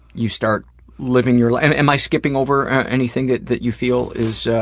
you start living your life. a-a-am i skipping over, ah, a-anything that that you feel is, yeah